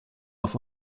auf